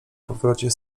powrocie